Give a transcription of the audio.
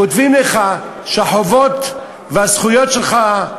כותבים לך שהחובות והזכויות שלך,